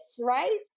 right